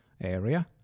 area